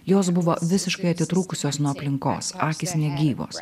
jos buvo visiškai atitrūkusios nuo aplinkos akys negyvos